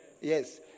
Yes